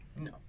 No